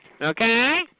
okay